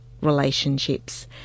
relationships